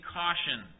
caution